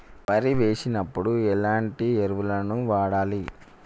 వరి వేసినప్పుడు ఎలాంటి ఎరువులను వాడాలి?